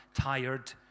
Tired